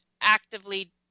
actively